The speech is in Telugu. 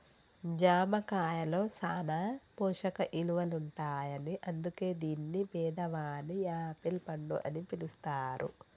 జామ కాయలో సాన పోషక ఇలువలుంటాయని అందుకే దీన్ని పేదవాని యాపిల్ పండు అని పిలుస్తారు